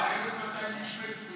1,200 איש מתו.